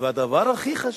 והדבר הכי חשוב,